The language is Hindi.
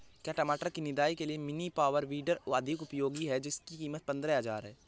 क्या टमाटर की निदाई के लिए मिनी पावर वीडर अधिक उपयोगी है जिसकी कीमत पंद्रह हजार है?